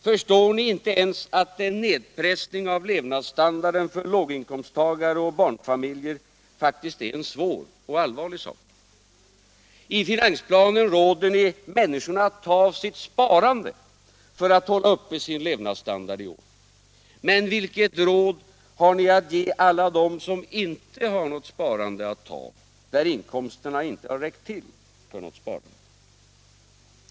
Förstår ni inte ens att en nedpressning av levnadsstandarden för låginkomsttagare och barnfamiljer faktiskt är en svår och allvarlig sak? I finansplanen råder ni människorna att ta av sitt sparande för.att hålla uppe sin levnadsstandard. Men vilket råd har ni att ge alla dem som inte har något sparande att ta av, då inkomsterna inte räckt till för något sparande?